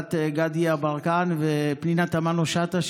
בהובלת גדי יברקן ופנינה תמנו שטה,